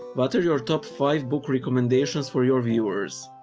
but your top five book recommendations for your viewers?